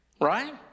Right